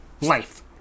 life